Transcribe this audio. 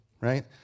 right